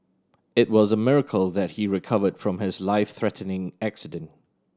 it was a miracle that he recovered from his life threatening accident